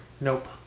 Nope